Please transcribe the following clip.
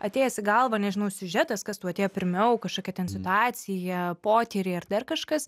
atėjęs į galvą nežinau siužetas kas tau atėjo pirmiau kažkokia ten situacija potyriai ar dar kažkas